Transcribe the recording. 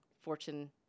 Fortune